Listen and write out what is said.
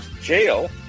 Jail